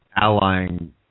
allying